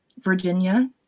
Virginia